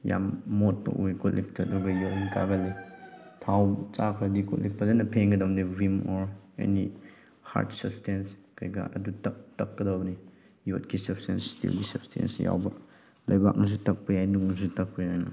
ꯌꯥꯝ ꯃꯣꯠꯄ ꯑꯣꯏ ꯀꯣꯜꯂꯤꯛꯇ ꯑꯗꯨꯒ ꯌꯣꯠꯂꯤꯡ ꯀꯥꯒꯜꯂꯤ ꯊꯥꯎ ꯆꯥꯈ꯭ꯔꯗꯤ ꯀꯣꯜꯂꯤꯛ ꯐꯖꯅ ꯐꯦꯡꯒꯗꯕꯅꯦ vim or any hard substance ꯀꯩꯀꯥ ꯑꯗꯨ ꯇꯛ ꯇꯛꯀꯗꯕꯅꯤ ꯌꯣꯠꯀꯤ ꯁꯕꯁꯇꯦꯟꯁ ꯏꯁꯇꯤꯜꯒꯤ ꯁꯕꯁꯇꯦꯟꯁ ꯌꯥꯎꯕ ꯂꯩꯕꯥꯛꯅꯁꯨ ꯇꯛꯄ ꯌꯥꯏ ꯅꯨꯡꯅꯁꯨ ꯇꯛꯄ ꯌꯥꯏꯅ